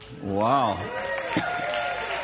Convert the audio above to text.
Wow